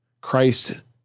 Christ